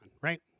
right